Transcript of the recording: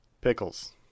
pickles